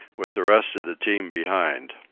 with the rest of the team behind.